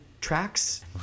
tracks